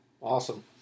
Awesome